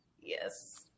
Yes